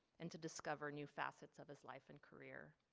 and to discover new facets of his life and career.